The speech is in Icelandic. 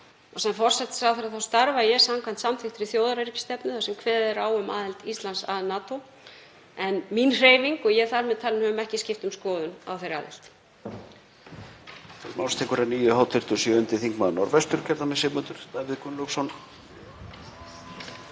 og sem forsætisráðherra þá starfa ég samkvæmt samþykktri þjóðaröryggisstefnu þar sem kveðið er á um aðild Íslands að NATO. En mín hreyfing, og ég þar með talin, hefur ekki skipt um skoðun á þeirri aðild.